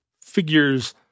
figures